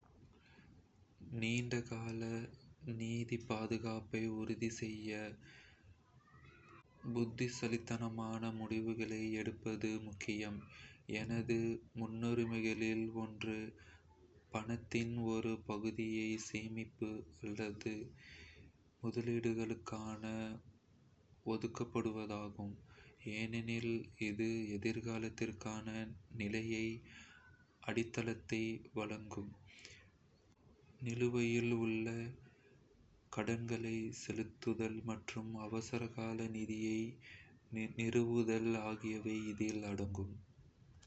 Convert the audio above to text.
நீண்ட கால நிதி பாதுகாப்பை உறுதி செய்ய புத்திசாலித்தனமான முடிவுகளை எடுப்பது முக்கியம். எனது முன்னுரிமைகளில் ஒன்று, பணத்தின் ஒரு பகுதியை சேமிப்பு மற்றும் முதலீடுகளுக்காக ஒதுக்குவதாகும், ஏனெனில் இது எதிர்காலத்திற்கான நிலையான அடித்தளத்தை வழங்கும். நிலுவையில் உள்ள கடன்களை செலுத்துதல் மற்றும் அவசரகால நிதியை நிறுவுதல் ஆகியவை இதில் அடங்கும்.